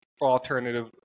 alternative